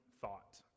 thought